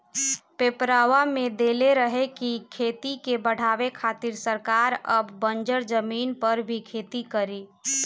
पेपरवा में देले रहे की खेती के बढ़ावे खातिर सरकार अब बंजर जमीन पर भी खेती करी